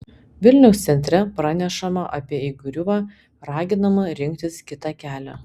vilniaus centre pranešama apie įgriuvą raginama rinktis kitą kelią